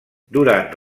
durant